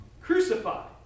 crucified